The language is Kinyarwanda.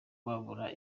babura